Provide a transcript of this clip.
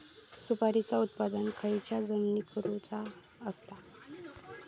सुपारीचा उत्त्पन खयच्या जमिनीत करूचा असता?